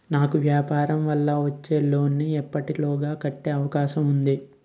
నాకు వ్యాపార వల్ల వచ్చిన లోన్ నీ ఎప్పటిలోగా కట్టే అవకాశం ఉంది?